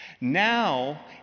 Now